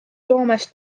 soomes